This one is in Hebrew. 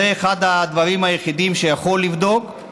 זה אחד הדברים היחידים שיכולים לבדוק,